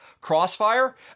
crossfire